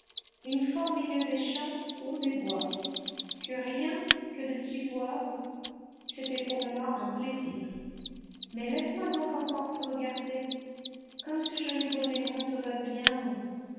une fois au milieu des champs ou des bois que rien que de t'y voir c'était pour moi un plaisir mais laisse-moi donc encore te regarder comme ce joli bonnet rond te va bien